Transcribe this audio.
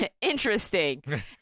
Interesting